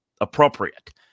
appropriate